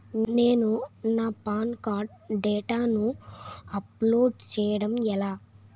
నేను నా pan card డేటాను అప్లోడ్ చేయడం ఎలా?